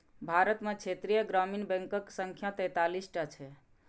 भारत मे क्षेत्रीय ग्रामीण बैंकक संख्या तैंतालीस टा छै